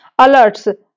alerts